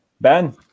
Ben